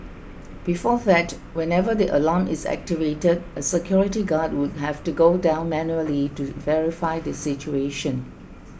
before that whenever the alarm is activated a security guard would have to go down manually to verify the situation